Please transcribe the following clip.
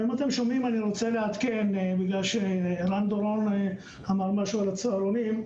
אני רוצה לעדכן בגלל שערן דורון אמר משהו על הצהרונים,